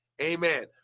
Amen